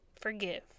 forgive